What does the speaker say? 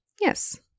Yes